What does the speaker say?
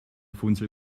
funzel